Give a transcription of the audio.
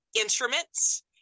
instruments